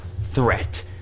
Threat